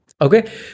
Okay